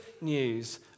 news